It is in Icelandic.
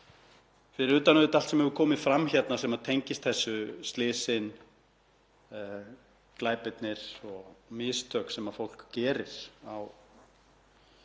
fyrir utan auðvitað allt sem hefur komið fram hérna sem tengist þessu; slysin, glæpirnir og mistök sem fólk gerir á sinni